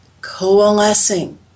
coalescing